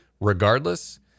regardless